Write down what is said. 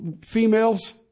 females